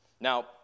Now